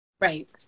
Right